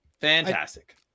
Fantastic